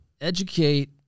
educate